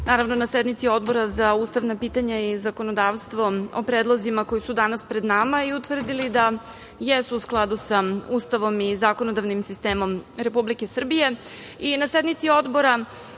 raspravljali na sednici Odbora za ustavna pitanja i zakonodavstvo o predlozima koji su danas pred nama i utvrdili da jesu u skladu sa Ustavom i zakonodavnim sistemom Republike Srbije. Na